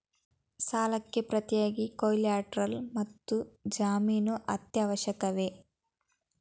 ಸಾಲಕ್ಕೆ ಪ್ರತಿಯಾಗಿ ಕೊಲ್ಯಾಟರಲ್ ಮತ್ತು ಜಾಮೀನು ಅತ್ಯವಶ್ಯಕವೇ?